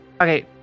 Okay